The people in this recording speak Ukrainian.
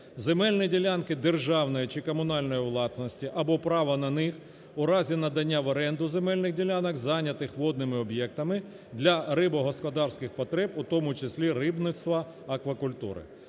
земельні ділянки державної чи комунальної власності або права на них у разі надання в оренду земельних ділянок, зайнятих водними об'єктами, для рибогосподарських потреб, у тому числі, рибництва, аквакультури.